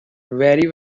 very